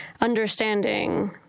understanding